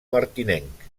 martinenc